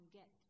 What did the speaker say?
get